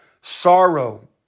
sorrow